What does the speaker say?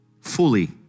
fully